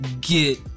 get